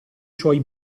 suoi